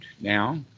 now